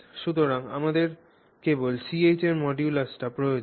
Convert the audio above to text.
সুতরাং আমাদের কেবল Ch এর এই মডুলাসটি প্রয়োজন